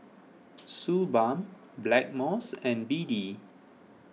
Suu Balm Blackmores and B D